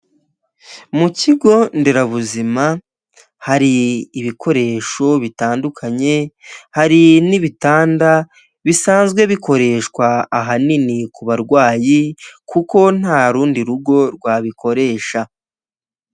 Mu kigo nderabuzima hari ibikoresho bitandukanye, hari n'ibitanda bisanzwe bikoreshwa ahanini ku barwayi kuko ntarundi rugo rwabikoresha.